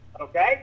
Okay